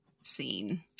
scene